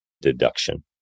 deduction